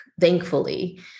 thankfully